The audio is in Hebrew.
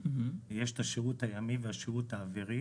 יש את השירות הימי והשירות האווירי